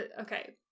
Okay